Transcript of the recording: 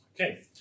Okay